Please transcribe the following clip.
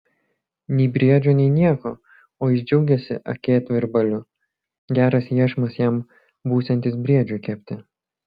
nei briedžio nei nieko o jis džiaugiasi akėtvirbaliu geras iešmas jam būsiantis briedžiui kepti